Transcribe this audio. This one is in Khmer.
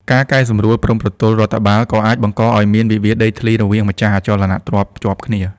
ការកែសម្រួលព្រំប្រទល់រដ្ឋបាល ក៏អាចបង្កឱ្យមានវិវាទដីធ្លីរវាងម្ចាស់អចលនទ្រព្យជាប់គ្នា។